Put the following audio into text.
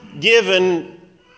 given